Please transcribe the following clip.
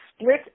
split